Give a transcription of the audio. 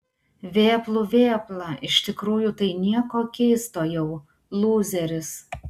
vėplų vėpla iš tikrųjų tai nieko keisto jau lūzeris